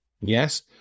Yes